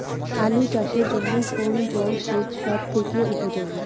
আলু চাষের জন্য কোন জল সেচ সব থেকে উপযোগী?